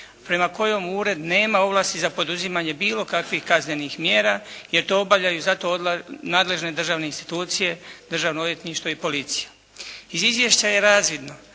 prema kojem ured nema ovlasti za poduzimanje bilo kakvih kaznenih mjera jer to obavljaju za to nadležne državne institucije Državno odvjetništvo i policija. Iz izvješća je razvidno